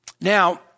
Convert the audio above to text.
Now